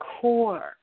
core